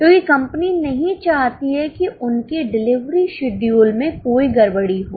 क्योंकि कंपनी नहीं चाहती कि उनके डिलीवरी शेड्यूल में कोई गड़बड़ी हो